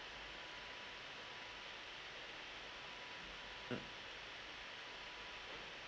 mm